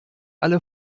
alle